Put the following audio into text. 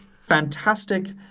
fantastic